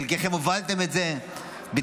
חלקכם הובלתם את זה בוועדות